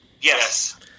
yes